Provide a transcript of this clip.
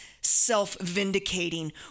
self-vindicating